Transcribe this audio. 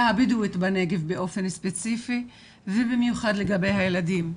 הבדואית בנגב באופן ספציפי ובמיוחד לגבי הילדים.